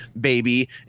baby